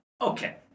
okay